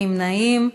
אין נמנעים.